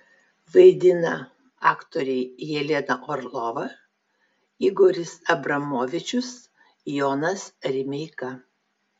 vaidina aktoriai jelena orlova igoris abramovičius jonas rimeika